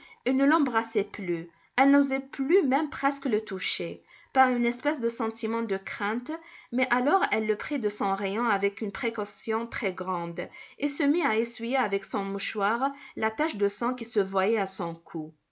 et ne l'embrassait plus elle n'osait plus même presque le toucher par une espèce de sentiment de crainte mais alors elle le prit de son rayon avec une précaution très-grande et se mit à essuyer avec son mouchoir la tache de sang qui se voyait à son cou